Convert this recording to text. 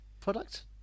product